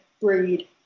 breed